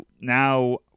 Now